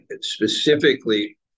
specifically